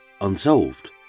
unsolved